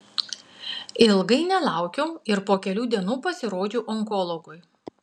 ilgai nelaukiau ir po kelių dienų pasirodžiau onkologui